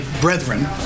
brethren